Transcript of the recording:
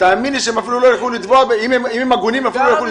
תאמין לי שאם הם הגונים, הם אפילו לא ילכו לתבוע.